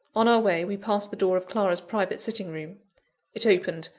on our way, we passed the door of clara's private sitting-room it opened,